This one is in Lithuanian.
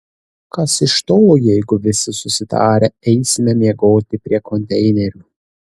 kas iš to jeigu visi susitarę eisime miegoti prie konteinerių